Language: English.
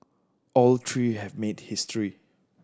all three have made history